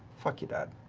fuck your dad.